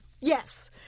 yes